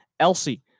Elsie